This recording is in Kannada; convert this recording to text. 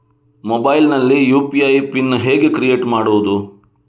ಮೊಬೈಲ್ ನಲ್ಲಿ ಯು.ಪಿ.ಐ ಪಿನ್ ಹೇಗೆ ಕ್ರಿಯೇಟ್ ಮಾಡುವುದು?